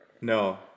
no